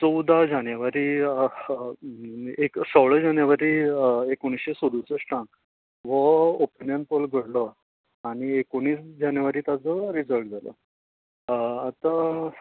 चवदा जानेवारी ह एक सोळा जानेवारी एकुण्णीशें सदूश्टाक व्हो ऑपिनीयन पोल घडलो आनी एकुण्णीस जानेवरी ताचो रिजल्ट जालो आतां